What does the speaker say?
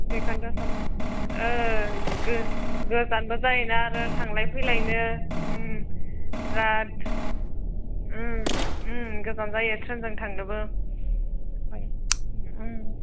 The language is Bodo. बेखोनथ' सानदों गोजानबो जायोना आरो थांलाय फैलायनो बिराद गोजान जायो ट्रेनजों थांनोबो